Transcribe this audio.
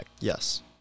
Yes